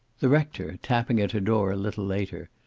the rector, tapping at her door a little later,